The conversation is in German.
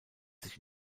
sich